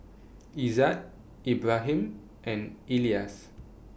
Izzat Ibrahim and Elyas